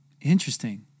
Interesting